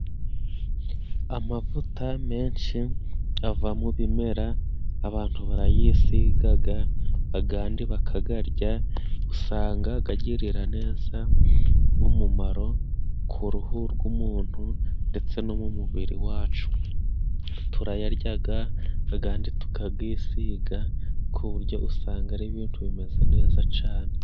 Amavuta menshi ava mu bimera abantu barayisigaga agandi bakagarya. Usanga gagirira neza umumaro ku ruhu rw'umuntu ndetse no mu mubiri wacu. Turayaryaga agandi tukagisiga ku buryo usanga ari ibintu bimeze neza cane.